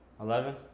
Eleven